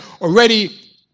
already